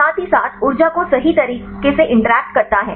साथ ही साथ ऊर्जा को सही तरीके से इंटरैक्ट करता है